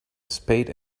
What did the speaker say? spade